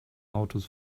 autos